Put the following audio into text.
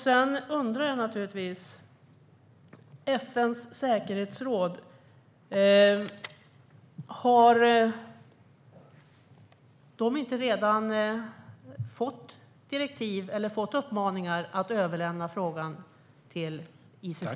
Sedan undrar jag naturligtvis: Har inte FN:s säkerhetsråd redan fått direktiv eller uppmaningar att överlämna frågan till ICC?